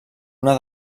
una